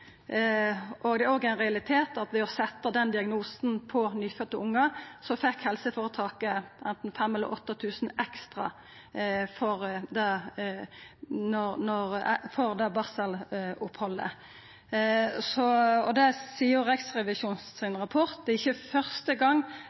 og det har vore ein realitet. Det er òg ein realitet at ved å setja den diagnosen på nyfødde ungar, fekk helseføretaket anten 5 000 kr eller 8 000 kr ekstra for barselopphaldet. Rapporten frå Riksrevisjonens seier at det er ikkje første